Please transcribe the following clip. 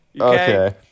Okay